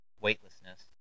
weightlessness